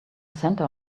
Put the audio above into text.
center